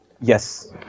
Yes